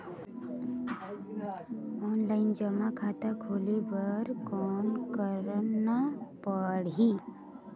Offline जमा खाता खोले बर कौन करना पड़ही?